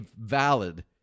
valid